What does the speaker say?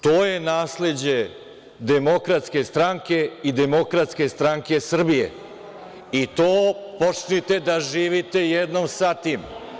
To je nasleđe Demokratske stranke i Demokratske stranke Srbije i počnite da živite jednom sa tim.